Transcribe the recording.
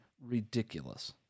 ridiculous